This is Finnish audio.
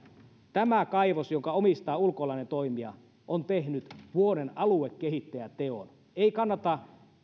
tämä kaivos jonka omistaa ulkolainen toimija on tehnyt vuoden aluekehittäjä teon ei kannata